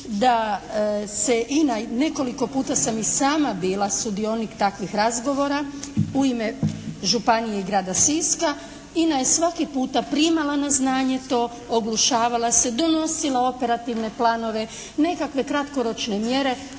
da se INA, nekoliko puta sam i sama bila sudionik takvih razgovora u ime županije i grada Siska. INA je svaki puta primala na znanje to, oglušavala se, donosila operativne planove, nekakve kratkoročne mjere.